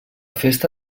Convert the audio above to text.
festa